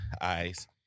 eyes